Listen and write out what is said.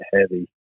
heavy